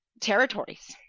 territories